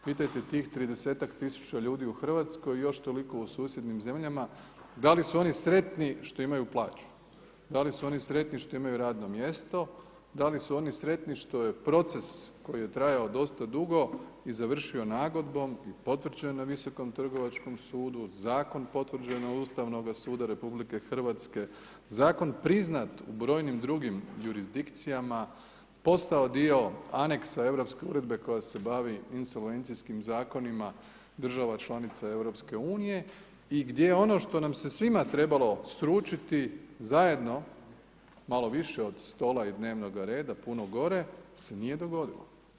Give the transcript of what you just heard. Pitajte tih 30 tisuća ljudi u Hrvatskoj i još toliko u susjednim zemljama, da li su oni sretni što imaju plaću, da li su oni sretni što imaju radno mjesto, da li su oni sretni, što je proces, koji je trajao dosta dugo i završio nagodbom potvrđen na Visokom trgovačkom sudu, Zakon potvrđen od Ustavnoga suda RH, zakon priznat u brojnim drugim jurisdikcijama, postao dio aneksa europske uredbe, koja se bavi indolencijskim zakonima, država članica EU i gdje ono što nam se svima trebalo sručiti, zajedno, malo više od stola i dnevnoga reda, puno gore, se nije dogodilo.